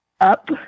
up